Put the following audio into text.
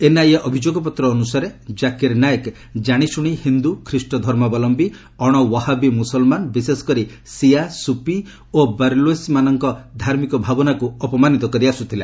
NIA ଅଭିଯୋଗପତ୍ର ଅନୁସାରେ ଜାକିର ନାଏକ ଜାଶିଶୁଣି ହିନ୍ଦୁ ଖ୍ରୀଷ୍ଟଧର୍ମାବଲମ୍ଭୀ ଅଣ ଓ୍ୱାହାବି ମୁସଲମାନ ବିଶେଷ କରି ଶିଆ ସୁପି ଓ ବରେଲୱ୍ସମାନଙ୍କ ଧାର୍ମୀକ ଭାବନାକୁ ଅପମାନିତ କରି ଆସୁଥିଲା